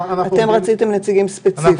אתם רציתם נציגים ספציפיים.